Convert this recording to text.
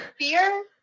Fear